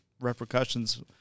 repercussions